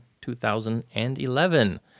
2011